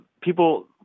people